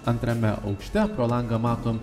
antrame aukšte pro langą matom